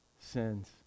Sins